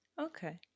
Okay